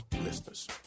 listeners